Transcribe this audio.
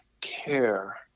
care